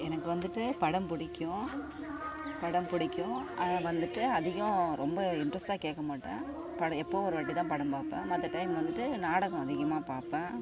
எனக்கு வந்துவிட்டு படம் பிடிக்கும் படம் பிடிக்கும் அதை வந்துவிட்டு அதிகம் ரொம்ப இன்ட்ரஸ்ட்டாக கேட்க மாட்டேன் பட எப்போவோ ஒரு வாட்டி தான் படம் பார்ப்பேன் மற்ற டைம் வந்துவிட்டு நாடகம் அதிகமாக பார்ப்பேன்